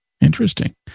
Interesting